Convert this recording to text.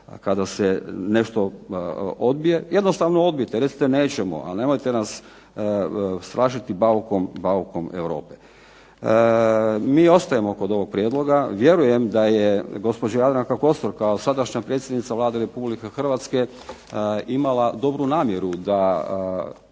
kada se nešto odbije. Jednostavno odbijte, recite nećemo, a nemojte nas strašiti baukom Europe. Mi ostajemo kod ovog prijedloga. Vjerujem da je gospođa Jadranka Kosor kao sadašnja predsjednica Vlade RH imala dobru namjeru da prihvati